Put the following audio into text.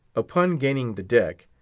upon gaining the deck,